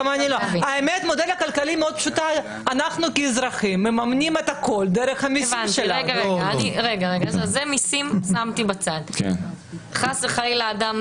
יוליה מלינובסקי (יו"ר ועדת מיזמי תשתית לאומיים מיוחדים